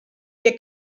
che